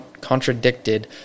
contradicted